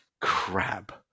crab